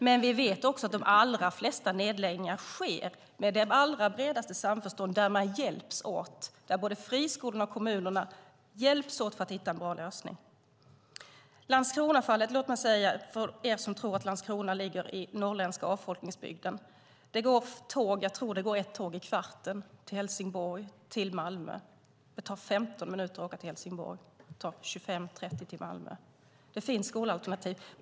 Men vi vet att de allra flesta nedläggningar sker med det allra bredaste samförstånd där man hjälps åt, där både friskolorna och kommunerna hjälps åt för att hitta en bra lösning. Låt mig säga till er som tror att Landskrona ligger i den norrländska avfolkningsbygden. Jag tror att det går ett tåg i kvarten till Helsingborg och till Malmö. Det tar 15 minuter att åka till Helsingborg och 25-30 minuter till Malmö. Det finns goda alternativ.